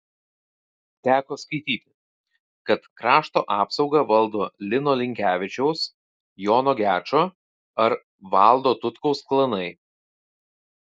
teko skaityti kad krašto apsaugą valdo lino linkevičiaus jono gečo ar valdo tutkaus klanai